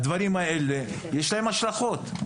לדברים האלה יש השלכות,